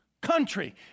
country